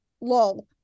lol